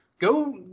Go